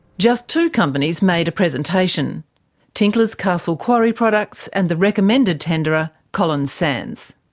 just two companies made a presentation tinkler's castle quarry products, and the recommended tenderer, collins sands.